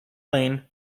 lane